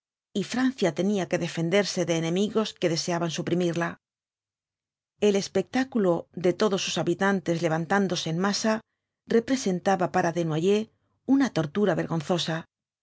y francia tenía que defenderse de enemigos que deseaban suprimirla el espectáculo de todos sus habitantes levantándose en masa representaba para desnoyers una tortura vergonzosa